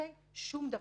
שום דבר.